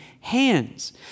hands